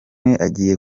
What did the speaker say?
agiye